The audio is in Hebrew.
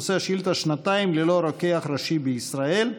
נושא השאילתה: שנתיים ללא רוקח ראשי בישראל.